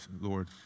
Lord